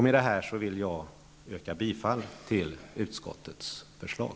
Med detta yrkar jag bifall till utskottets förslag.